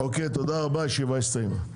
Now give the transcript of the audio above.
אוקיי תודה רבה, הישיבה הסתיימה.